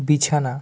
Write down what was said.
বিছানা